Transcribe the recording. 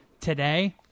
today